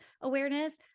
awareness